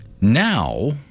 Now